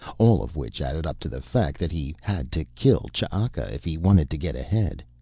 all of which added up to the fact that he had to kill ch'aka if he wanted to get ahead.